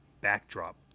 backdrop